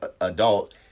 adult